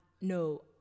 no